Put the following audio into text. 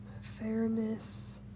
fairness